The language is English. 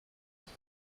used